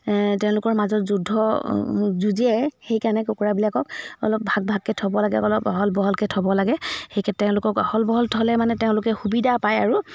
তেওঁলোকৰ মাজত যুদ্ধ যুঁজিয়াই সেইকাৰণে কুকুৰাবিলাকক অলপ ভাগ ভাগকৈ থ'ব লাগে অলপ আহল বহলকৈ থ'ব লাগে সেই তেওঁলোকক আহল বহলকৈ থ'লে মানে তেওঁলোকে সুবিধা পায় আৰু